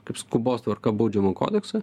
kaip skubos tvarka baudžiamą kodeksą